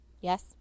Yes